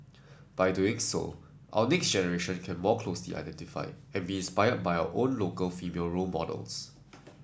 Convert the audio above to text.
by doing so our next generation can more closely identify and be inspired by our own local female role models